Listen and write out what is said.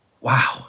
Wow